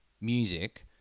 music